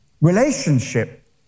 Relationship